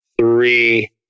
three